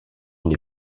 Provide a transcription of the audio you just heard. une